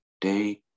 day